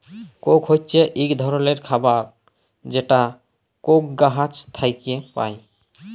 Coke হছে ইক ধরলের খাবার যেটা কোক গাহাচ থ্যাইকে পায়